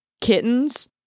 kittens